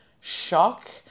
shock